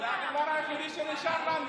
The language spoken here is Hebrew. היחיד שנשאר לנו.